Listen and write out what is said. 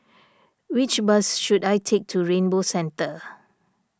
which bus should I take to Rainbow Centre